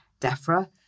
DEFRA